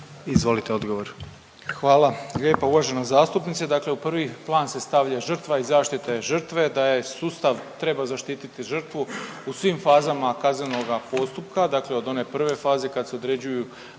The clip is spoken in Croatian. Ivan (HDZ)** Hvala lijepo uvažena zastupnice, dakle u prvi plan se stavlja žrtva i zaštite žrtve da je sustav treba zaštiti žrtvu u svim fazama kaznenoga postupka, dakle od one prve faze kad se određuju